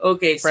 Okay